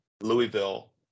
Louisville